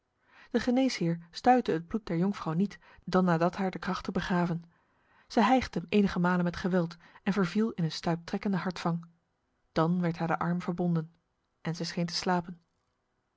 de geneesheer stuitte het bloed der jonkvrouw niet dan nadat haar de krachten begaven zij hijgde enige malen met geweld en verviel in een stuiptrekkende hartvang dan werd haar de arm verbonden en zij scheen te slapen